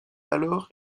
alors